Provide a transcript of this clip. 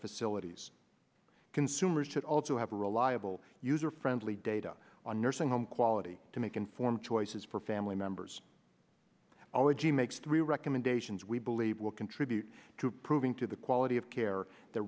facilities consumers should also have a reliable user friendly data on nursing home quality to make informed choices for family members already makes three recommendations we believe will contribute to proving to the quality of care th